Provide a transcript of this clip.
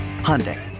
Hyundai